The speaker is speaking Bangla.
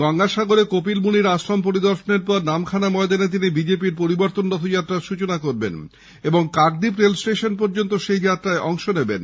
গঙ্গাসাগরে কপিলমুনির আশ্রম পরিদর্শনের পর নামখানা ময়দানে তিনি বিজেপি র পরিবর্তন রথযাত্রার সৃচনা করবেন এবং কাকদ্বীপ রেলস্টেশন পর্যন্ত সেই যাত্রায় অংশ নেবেন